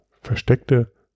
versteckte